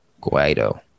Guido